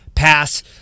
Pass